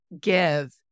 give